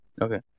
Okay